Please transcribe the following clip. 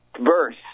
verse